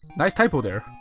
nice typo there.